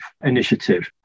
Initiative